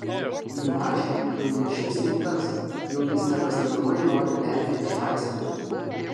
milašiui jau nei šis nei tas jau jis nepastebimai nori petį išlaisvinti